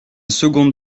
second